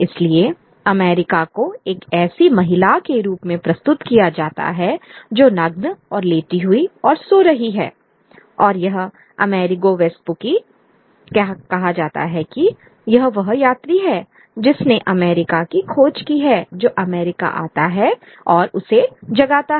इसलिए अमेरिका को एक ऐसी महिला के रूप में प्रस्तुत किया जाता है जो नग्न और लेटी हुई और सो रही है और यह अमेरिगो वेस्पुक्सी कहा जाता है कि यह वही यात्री है जिसने अमेरिका की खोज की है जो अमेरिका आता है और उसे जगाता है